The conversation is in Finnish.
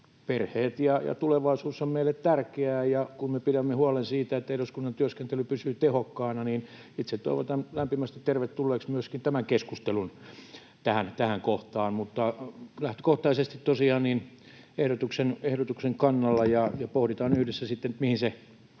Perheet ja tulevaisuus ovat meille tärkeitä, ja kun me pidämme huolen siitä, että eduskunnan työskentely pysyy tehokkaana, niin itse toivotan lämpimästi tervetulleeksi myöskin tämän keskustelun tähän kohtaan. Lähtökohtaisesti tosiaan olen ehdotuksen kannalla, ja pohditaan yhdessä sitten, mihin se